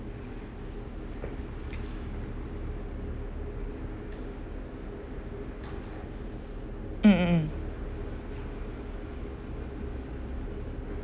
mm mm mm